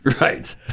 Right